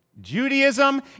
Judaism